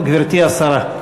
גברתי השרה.